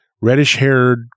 reddish-haired